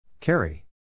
Carry